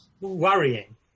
worrying